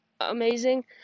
amazing